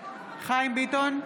חיים ביטון,